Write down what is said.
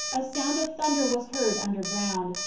a sound of thunder was heard underground,